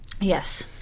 Yes